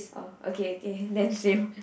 orh okay okay then same